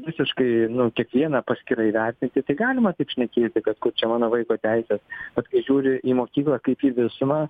visiškai nu kiekvieną paskirai vertinti tai galima taip šnekėti kad kur čia mano vaiko teisės bet kai žiūri į mokyklą kaip į visumą